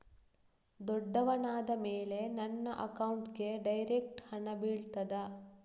ದೊಡ್ಡವನಾದ ಮೇಲೆ ನನ್ನ ಅಕೌಂಟ್ಗೆ ಡೈರೆಕ್ಟ್ ಹಣ ಬೀಳ್ತದಾ?